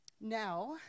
Now